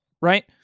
right